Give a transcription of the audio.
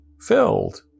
filled